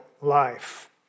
life